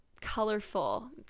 colorful